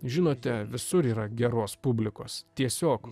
žinote visur yra geros publikos tiesiog